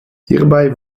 hierbei